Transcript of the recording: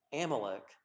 Amalek